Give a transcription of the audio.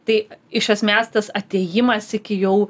tai iš esmės tas atėjimas iki jau